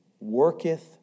worketh